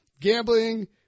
gambling